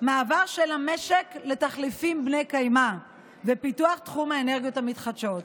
מעבר של המשק לתחליפים בני-קיימא בפיתוח תחום האנרגיות המתחדשות.